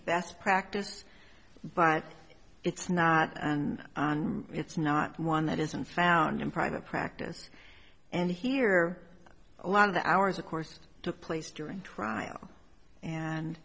best practice but it's not and it's not one that isn't found in private practice and here a lot of the hours of course took place during trial and